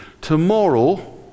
tomorrow